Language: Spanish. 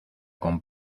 con